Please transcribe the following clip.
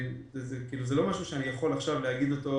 זה לא דבר שאני יכול להגיד על